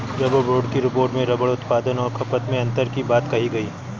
rubber board की report में rubber उत्पादन और खपत में अन्तर की बात कही गई